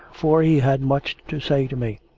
for he had much to say to me.